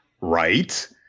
right